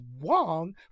Wong